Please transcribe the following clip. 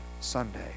Sunday